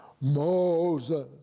Moses